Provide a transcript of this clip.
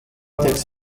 texts